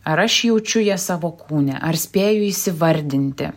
ar aš jaučiu jas savo kūne ar spėju įsivardinti